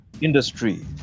industry